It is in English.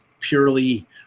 purely